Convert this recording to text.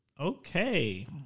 okay